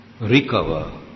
recover